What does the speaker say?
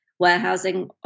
warehousing